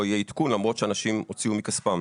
יהיה עדכון למרות שאנשים הוציאו מכספם.